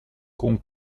con